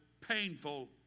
painful